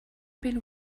been